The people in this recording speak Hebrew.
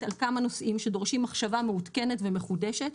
על כמה נושאים שדורשים מחשבה מעודכנת ומחודשת.